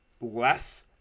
less